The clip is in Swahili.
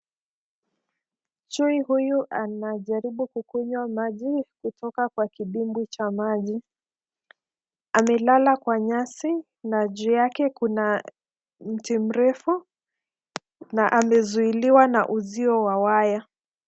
Chui huyu anajaribu kukunywa maji kutoka kwa kidimbwi cha maji. Amelala kwa nyasi na juu yake kuna mti mrefu na amezuiliwa na uzio wa waya.